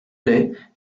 lait